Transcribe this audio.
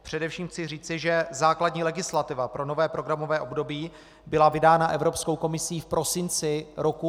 Především chci říci, že základní legislativa pro nové programové období byla vydána Evropskou komisí v prosinci roku 2013.